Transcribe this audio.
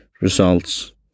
results